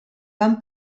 van